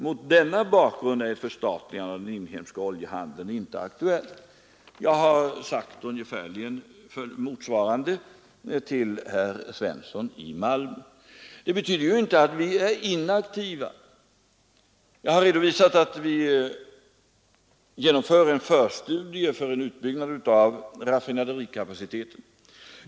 ”Mot denna bakgrund är ett förstatligande av den inhemska oljehandeln inte aktuellt”, sade herr Feldt. Jag har sagt ungefär motsvarande till herr Svensson i Malmö. Det betyder inte att vi är inaktiva. Jag har redovisat att vi genomför en förstudie för en utbyggnad av raffinaderikapaciteten.